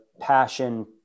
passion